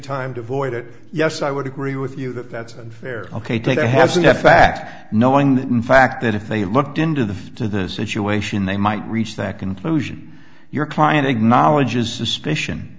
time to avoid it yes i would agree with you that that's unfair ok take a has a fact knowing that in fact that if they looked into the to the situation they might reach that conclusion your client acknowledges suspicion